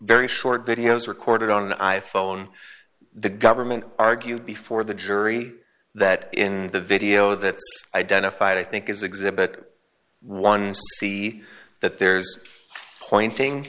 very short videos recorded on i phone the government argued before the jury that in the video that identified i think is exhibit one that there's pointing